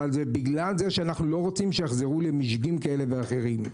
אבל בגלל זה שאנחנו לא רוצים שיחזרו למשגים כאלה ואחרים.